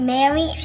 Mary